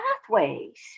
pathways